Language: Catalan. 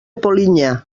polinyà